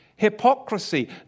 hypocrisy